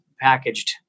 packaged